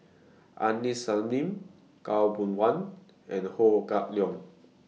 Aini Salim Khaw Boon Wan and Ho Kah Leong